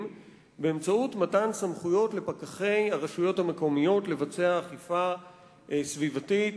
באמצעות מתן סמכויות לפקחי הרשויות המקומיות לבצע אכיפה סביבתית